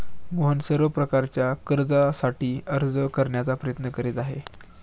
मोहन सर्व प्रकारच्या कर्जासाठी अर्ज करण्याचा प्रयत्न करीत आहे